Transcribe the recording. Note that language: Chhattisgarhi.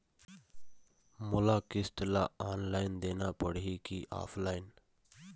मोला किस्त ला ऑनलाइन देना पड़ही की ऑफलाइन?